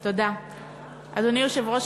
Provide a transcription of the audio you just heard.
אדוני היושב-ראש,